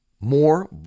more